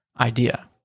Idea